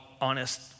honest